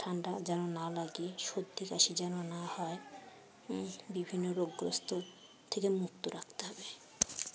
ঠান্ডা যেন না লাগে সর্দি কাশি যেন না হয় বিভিন্ন রোগগ্রস্ত থেকে মুক্ত রাখতে হবে